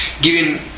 giving